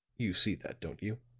you see that, don't you?